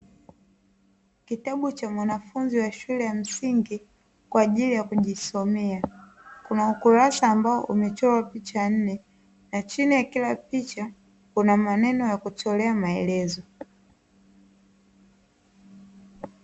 Kitabu cha mwanafunzi wa shule ya msingi kwa ajili ya kujisomea kuna ukurasa ambao umechorwa picha nne, na chini ya kila picha kuna maneno ya kutolea maelezo.